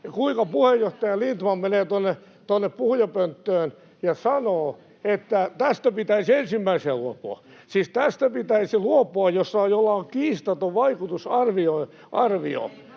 kuinka puheenjohtaja Lindtman menee tuonne puhujapönttöön ja sanoo, että tästä pitäisi ensimmäisenä luopua? Siis pitäisi luopua tästä, jolla on kiistaton vaikutusarvio.